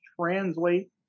translate